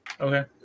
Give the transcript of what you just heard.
Okay